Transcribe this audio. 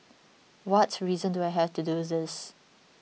what reason do I have to do this